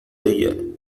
ella